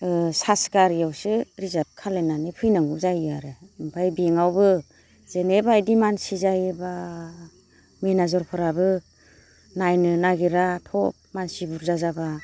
charge गारियावसो reserve खालामनानै फैनांगौ जायो आरो ओमफ्राय बेंकआवबो जेने बायदि मानसि जायो बा मेनेजारफोराबो नायनो नागिरा थब मानसि बुरजा जाब्ला